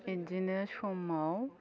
बिदिनो समाव